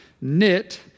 knit